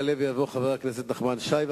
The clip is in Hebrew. יעלה ויבוא חבר הכנסת נחמן שי,